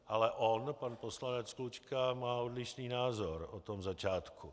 Ale on, pan poslanec Klučka má odlišný názor o tom začátku.